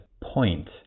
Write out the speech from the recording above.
point